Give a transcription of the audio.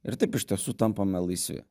ir taip iš tiesų tampame laisvi